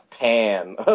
pan